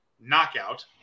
knockout